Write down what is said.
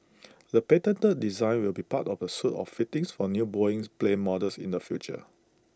the patented designs will be part of A suite of fittings for new Boeing's plane models in the future